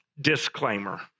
disclaimer